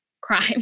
crime